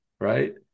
right